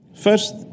First